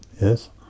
yes